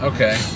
Okay